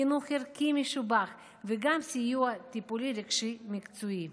חינוך ערכי משובח וגם סיוע טיפולי-רגשי מקצועי.